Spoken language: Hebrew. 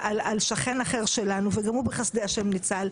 שכן אחר שלנו וגם הוא בחסדי השם ניצל,